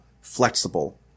flexible